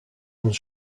een